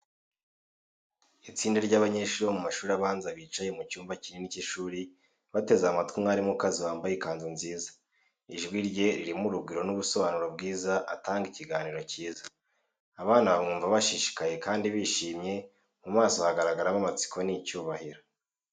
Itsinda ry’abanyeshuri bo mu mashuri abanza bicaye mu cyumba kinini cy’ishuri, bateze amatwi umwarimukazi wambaye ikanzu nziza. Ijwi rye ririmo urugwiro n’ubusobanuro bwiza, atanga ikiganiro cyiza. Abana bamwumva bashishikaye kandi bishimye, mu maso hagaragaramo amatsiko n’icyubahiro.